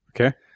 Okay